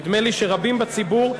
נדמה לי שרבים בציבור,